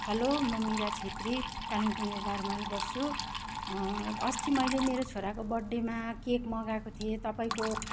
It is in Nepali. हेलो म मीरा छेत्री कालिम्पोङ एघार माइल बस्छु अस्ति मैले मेरो छोराको बर्थ डेमा केक मगाएको थिएँ तपाईँको